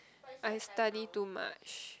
I study too much